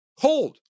Cold